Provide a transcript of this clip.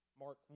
Mark